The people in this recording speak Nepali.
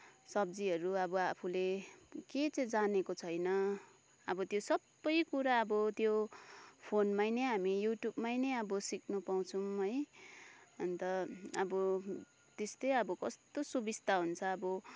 सब्जीहरू अब आफूले के चाहिँ जानेको छैन अब त्यो सबै कुरा अब त्यो फोनमा नै हामी अब युट्युबमा नै अब सिक्न पाउँछौँ है अन्त अब त्यस्तै अब कस्तो सुबिस्ता हुन्छ अब